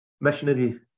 missionary